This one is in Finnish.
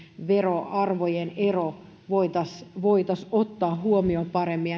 veroarvojen ero voitaisiin voitaisiin ottaa huomioon paremmin